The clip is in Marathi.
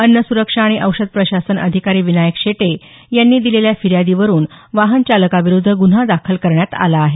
अन्न सुरक्षा आणि औषध प्रशासन अधिकारी विनायक शेटे यांनी दिलेल्या फिर्यादीवरुन वाहन चालकाविरूद्ध गुन्हा दाखल करण्यात आला आहे